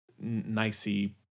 nicey